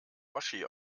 oschi